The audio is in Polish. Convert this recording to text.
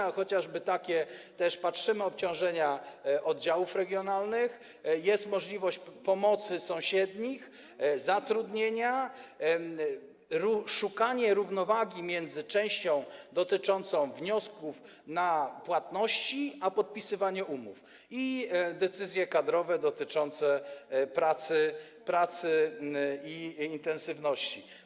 A chociażby takie, że patrzymy też na obciążenia oddziałów regionalnych, jest możliwość pomocy sąsiednich oddziałów, zatrudnienia, szukanie równowagi między częścią dotyczącą wniosków o płatności a podpisywaniem umów oraz decyzje kadrowe dotyczące pracy i intensywności.